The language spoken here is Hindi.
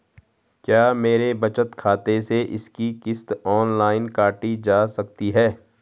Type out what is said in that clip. क्या मेरे बचत खाते से इसकी किश्त ऑनलाइन काटी जा सकती है?